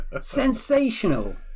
Sensational